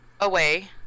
Away